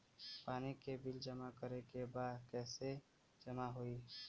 पानी के बिल जमा करे के बा कैसे जमा होई?